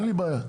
אין בעיה.